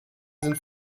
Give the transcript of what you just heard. sind